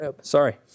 sorry